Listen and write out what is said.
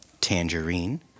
tangerine